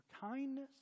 kindness